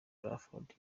bradford